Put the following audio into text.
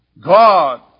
God